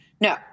No